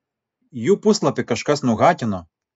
jų puslapį kažkas nuhakino